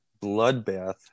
Bloodbath